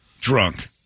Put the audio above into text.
drunk